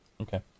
Okay